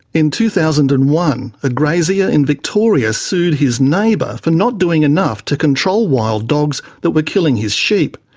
in two thousand and one, a grazier in victoria sued his neighbour for not doing enough to control wild dogs that were killing his sheep.